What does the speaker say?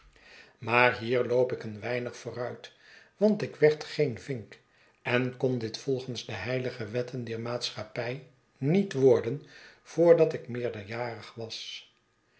maar hier loop ik een weinig vooruit want ik werd geen yink en kon dit volgens de heilige wetten dier maatschappij niet worden voordat ik meerderjarig was